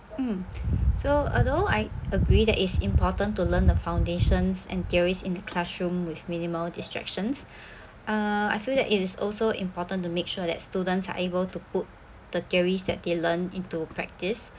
mm so although I agree that it's important to learn the foundations and theories in the classroom with minimal distractions uh I feel that it is also important to make sure that students are able to put the theories that they learn into practice